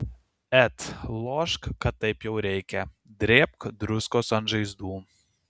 et lošk kad taip jau reikia drėbk druskos ant žaizdų